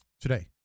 Today